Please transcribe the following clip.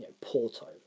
Porto